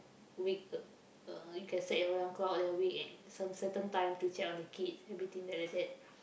wake uh uh you can set your alarm clock then I wake at some certain time to check on the kids everything that that that